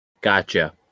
Gotcha